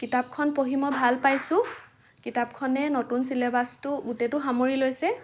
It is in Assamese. কিতাপখন পঢ়ি মই ভাল পাইছোঁ কিতাপখনে নতুন ছিলেবাচটো গোটেইটো সামৰি লৈছে